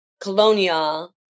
colonial